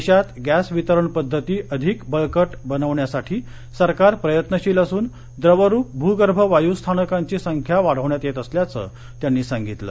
देशात गॅस वितरण पद्धती अधिक बळकट बनवण्यासाठीसरकार प्रयत्नशील असून द्रवरूप भूगर्भ वायू स्थानकांची संख्या वाढवण्यात येत असल्याचं त्यांनी सांगितलं